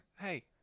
Hey